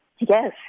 Yes